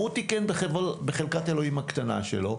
הוא תיקן בחלקת אלוהים הקטנה שלו,